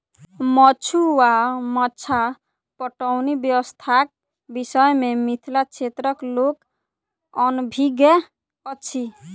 मद्दु वा मद्दा पटौनी व्यवस्थाक विषय मे मिथिला क्षेत्रक लोक अनभिज्ञ अछि